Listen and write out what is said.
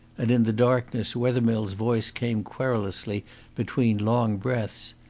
and in the darkness wethermill's voice came querulously between long breaths.